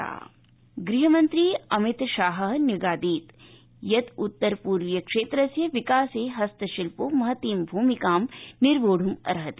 मिज़ोरम अमितशाह ग्हमन्त्री अमितशाहो न्यगादीत यद उत्तर पूर्वीय क्षेत्रस्य विकासे हस्तशिल्पो महतीं भूमिकां निर्वोद्महति